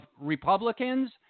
Republicans